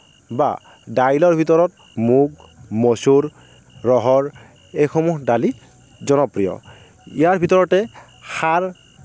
বা দাইলৰ ভিতৰত মুগ মচুৰ ৰহৰ এইসমূহ দালি জনপ্ৰিয় ইয়াৰ ভিতৰতে খাৰ